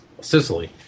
Sicily